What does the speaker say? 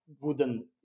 wooden